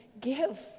give